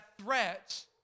threat